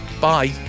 bye